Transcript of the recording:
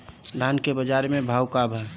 धान के बजार में भाव का बा